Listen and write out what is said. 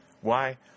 Why